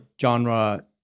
genre